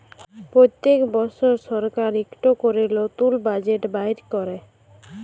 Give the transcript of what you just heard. প্যত্তেক বসর সরকার ইকট ক্যরে লতুল বাজেট বাইর ক্যরে